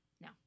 No